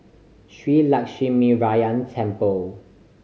Shree Lakshminarayanan Temple